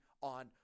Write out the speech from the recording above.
on